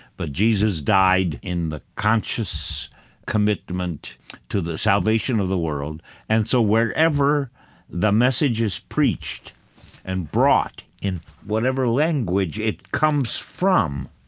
but jesus died in the conscious commitment to the salvation of the world and so wherever the message is preached and brought in whatever language it comes from,